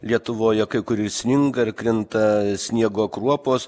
lietuvoje kai kur ir sninga ir krinta sniego kruopos